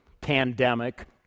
pandemic